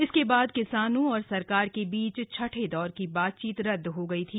इसके बाद किसानों और सरकार के बीच छठे दौर की बातचीत रदद हो गई थी